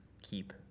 keep